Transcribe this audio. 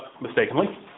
mistakenly